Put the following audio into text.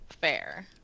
Fair